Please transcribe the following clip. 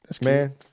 man